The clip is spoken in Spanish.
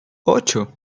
ocho